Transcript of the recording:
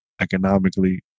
economically